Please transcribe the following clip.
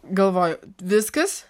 galvoju viskas